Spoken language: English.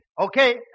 Okay